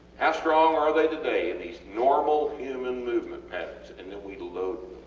how strong are they today, in these normal human movement patterns, and then we load